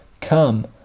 Come